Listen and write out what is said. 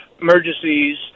emergencies